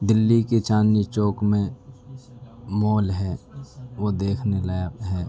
دہلی کے چاندنی چوک میں مال ہے وہ دیکھنے لائق ہے